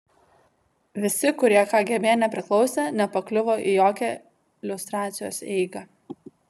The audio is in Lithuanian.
visi kurie kgb nepriklausė nepakliuvo į jokią liustracijos eigą